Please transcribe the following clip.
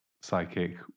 psychic